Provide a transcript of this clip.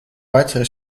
weitere